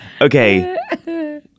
okay